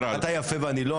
אתה יפה ואני לא,